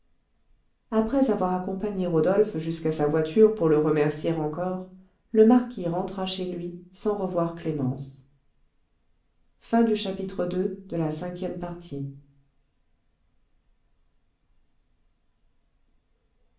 après avoir accompagné rodolphe jusqu'à sa voiture pour le remercier encore le marquis rentra chez lui sans revoir clémence iii